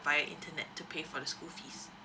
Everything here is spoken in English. via internet to pay for the school fees